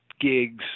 gigs